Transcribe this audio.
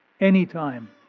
anytime